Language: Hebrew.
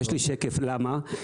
יש לי שקף, למה?